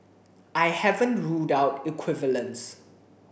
I haven't ruled out equivalence